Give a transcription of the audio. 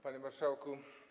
Panie Marszałku!